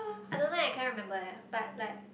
I don't know eh I can't remember eh but like